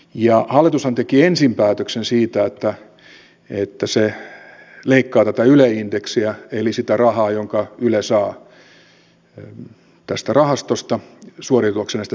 ja hallitushan teki ensin päätöksen siitä että se leikkaa tätä yle indeksiä eli sitä rahaa jonka yle saa tästä rahastosta suoriutuakseen näistä tehtävistään